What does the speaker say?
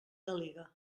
delegue